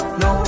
no